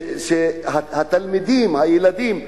שהתלמידים, הילדים,